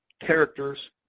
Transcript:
characters